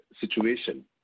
situation